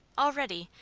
already,